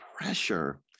pressure